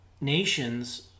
nations